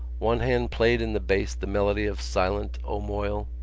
one hand played in the bass the melody of silent, o moyle,